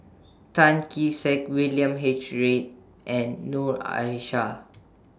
Tan Kee Sek William H Read and Noor Aishah